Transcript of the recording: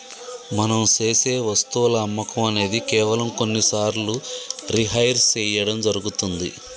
మనం సేసె వస్తువుల అమ్మకం అనేది కేవలం కొన్ని సార్లు రిహైర్ సేయడం జరుగుతుంది